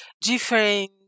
different